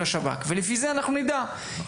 אם מדובר באמת באחוזים בודדים,